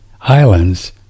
islands